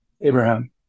Abraham